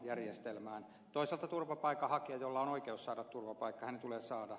toisaalta turvapaikanhakijan jolla on oikeus saada turvapaikka tulee se saada